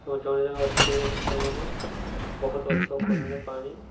ଏବଂ ଜଣେ ଜଣେ ଅଛନ୍ତି ଯେ ସେମାନେ ବହୁତ ଅଧିକ ପରିମାଣରେ ପାଣି